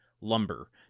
lumber